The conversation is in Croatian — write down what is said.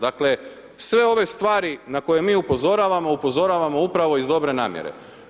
Dakle, sve ove stvari na koje mi upozoravamo, upozoravamo upravo iz dobre namjere.